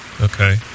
okay